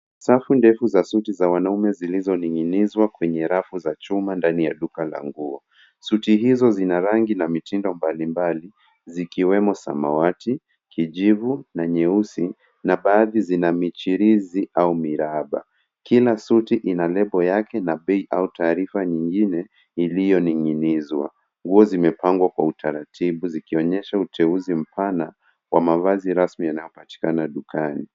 Safu ndefu za suti za wanaume zimenin’ginizwa kwenye rafu za chuma ndani ya duka la nguo. Suti hizo zina rangi na mitindo mbalimbali, ikiwemo samawati, kijivu na nyeusi, na baadhi yake zina mistari au miraba. Kila suti ina lebo yake pamoja na bei au taarifa nyingine muhimu. Hizi zote zimenin’ginizwa kwa mpangilio mzuri.